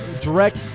direct